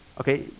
okay